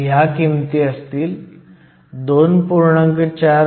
तर ह्या किमती असतील 2